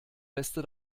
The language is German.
beste